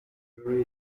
bury